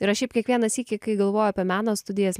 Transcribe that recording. ir aš šiaip kiekvieną sykį kai galvoju apie meno studijas